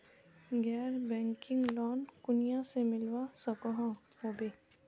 गैर banking loan कुनियाँ से मिलवा सकोहो होबे?